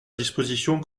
disposition